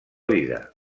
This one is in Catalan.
vida